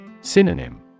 Synonym